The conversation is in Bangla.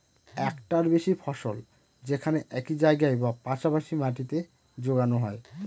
একটার বেশি ফসল যেখানে একই জায়গায় বা পাশা পাশি মাটিতে যোগানো হয়